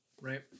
right